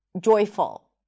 joyful